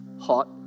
hot